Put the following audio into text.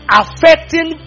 affecting